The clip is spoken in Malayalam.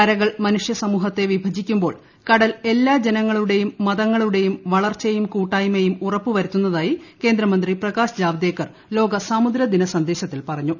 കരകൾ മനുഷ്യ സമൂഹത്തെ വിഭജിക്കുമ്പോൾ കടൽ എല്ലാ ജനങ്ങളുടെയും മതങ്ങളുടെയും വളർച്ചയും കൂട്ടായ്മയും ഉറപ്പ് വരുത്തുന്നതായി കേന്ദ്രമന്ത്രി പ്രകാശ് ജാവ്ദേക്കർ ലോക സമുദ്രി ദിന സന്ദേശത്തിൽ പറഞ്ഞു